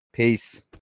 Peace